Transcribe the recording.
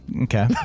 Okay